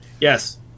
Yes